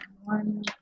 one